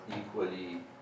equally